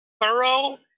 thorough